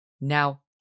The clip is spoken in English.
now